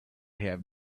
have